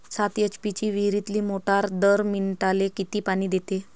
सात एच.पी ची विहिरीतली मोटार दर मिनटाले किती पानी देते?